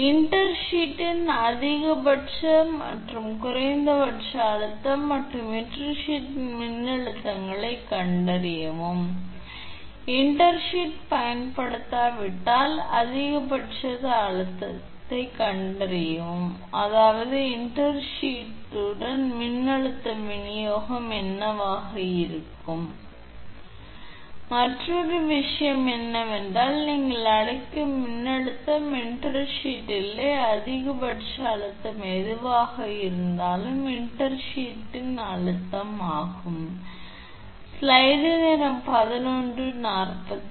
எனவே இன்டர்ஷீத்தின் அதிகபட்ச மற்றும் குறைந்தபட்ச அழுத்தம் மற்றும் இன்டர்ஷீட்டின் மின்னழுத்தங்களைக் கண்டறியவும் இன்டர்ஷீத் பயன்படுத்தப்படாவிட்டால் அதிகபட்ச அழுத்தத்தைக் கண்டறியவும் அதாவது இன்டர்ஷீத்துடன் மின்னழுத்த விநியோகம் என்னவாக இருக்கும் மற்றொரு விஷயம் என்னவென்றால் நீங்கள் அழைக்கும் மின்னழுத்தம் என்றால் இன்டர்ஷீத் இல்லை அதிகபட்ச அழுத்தம் எதுவாக இருக்கும் மற்றும் இன்டர்ஷீத்தின் அழுத்தம் என்ன என்பது இப்போது பிரச்சனை